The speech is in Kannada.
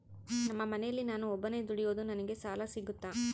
ನಮ್ಮ ಮನೆಯಲ್ಲಿ ನಾನು ಒಬ್ಬನೇ ದುಡಿಯೋದು ನನಗೆ ಸಾಲ ಸಿಗುತ್ತಾ?